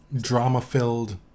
drama-filled